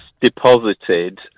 deposited